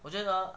我觉得